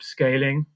upscaling